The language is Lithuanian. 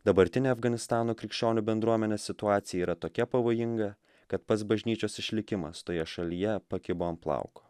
dabartinę afganistano krikščionių bendruomenės situacija yra tokia pavojinga kad pats bažnyčios išlikimas toje šalyje pakibo ant plauko